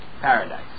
paradise